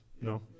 no